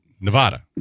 Nevada